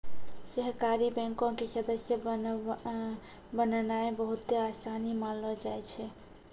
सहकारी बैंको के सदस्य बननाय बहुते असान मानलो जाय छै